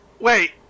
Wait